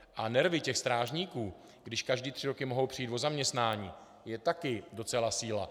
A nervy těch strážníků, když každé tři roky mohou přijít o zaměstnání, to je také docela síla.